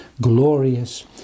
glorious